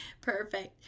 Perfect